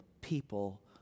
people